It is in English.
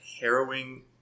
harrowing